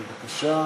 בבקשה.